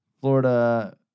Florida